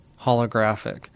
holographic